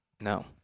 No